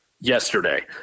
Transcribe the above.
yesterday